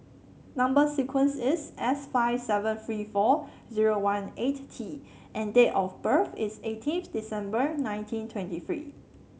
number sequence is S five seven three four zero one eight T and date of birth is eighteen December nineteen twenty three